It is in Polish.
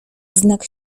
znak